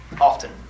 often